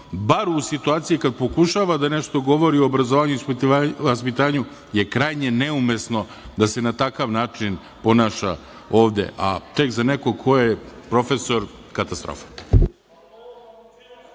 barem u situaciji kada pokušava da nešto govori o obrazovanju i vaspitanju, krajnje neumesno da se na takav način ponaša ovde, a tek za nekog ko je profesor – katastrofa.